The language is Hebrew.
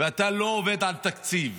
ואתה לא עובד על תקציב